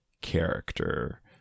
character